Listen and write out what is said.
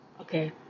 Okay